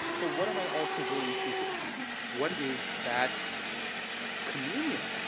but what am i also willing to receive? what is that communion?